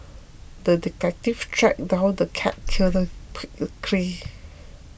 the detective tracked down the cat killer quickly